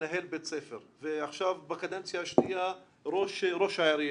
מנהל בית ספר ועכשיו בקדנציה השנייה ראש העירייה.